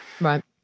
right